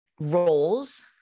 roles